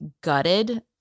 gutted